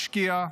השקיע,